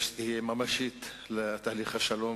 ופתאום הוא רואה נעל אחת שהוא רצה לקנות,